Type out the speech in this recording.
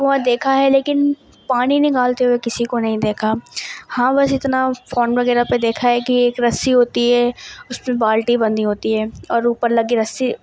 کنواں دیکھا ہے لیکن پانی نکالتے ہوئے کسی کو نہیں دیکھا ہاں بس اتنا فون وغیرہ پہ دیکھا ہے کہ ایک رسی ہوتی ہے اس میں بالٹی بندھی ہوتی ہے اور اوپر لگی رسی